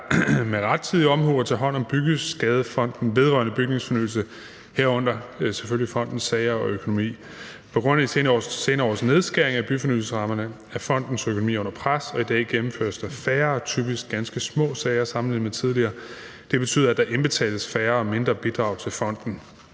med rettidig omhu at tage hånd om Byggeskadefonden vedrørende Bygningsfornyelse, herunder selvfølgelig fondens sager og økonomi. På grund af de senere års nedskæringer i byfornyelsesrammerne er fondens økonomi under pres, og i dag gennemføres der færre, typisk ganske små sager sammenlignet med tidligere. Det betyder, at der indbetales færre og mindre bidrag til fonden.